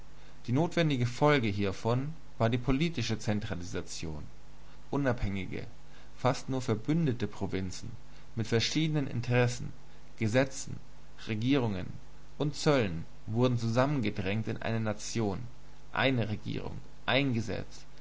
die notwendige folge hiervon war die politische zentralisation unabhängige fast nur verbündete provinzen mit verschiedenen interessen gesetzen regierungen und zöllen wurden zusammengedrängt in eine nation eine regierung ein